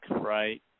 right